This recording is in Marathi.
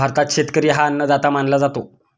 भारतात शेतकरी हा अन्नदाता मानला जातो